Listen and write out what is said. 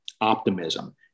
optimism